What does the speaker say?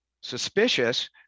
suspicious